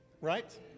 right